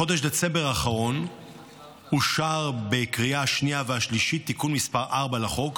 בחודש דצמבר האחרון אושר בקריאה השנייה והשלישית תיקון מס' 4 לחוק,